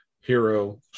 Hero